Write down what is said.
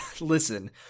Listen